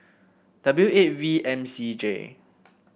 W eight V M C J